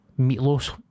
Meatloaf